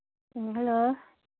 hello